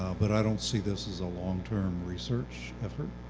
but i don't see this as a long-term research effort.